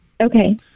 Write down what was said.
Okay